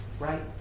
right